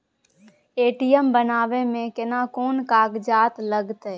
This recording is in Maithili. ए.टी.एम बनाबै मे केना कोन कागजात लागतै?